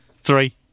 Three